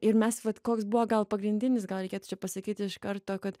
ir mes vat koks buvo gal pagrindinis gal reikėtų pasakyti iš karto kad